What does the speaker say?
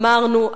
אמרנו,